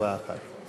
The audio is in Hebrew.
בתשובה אחת.